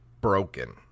broken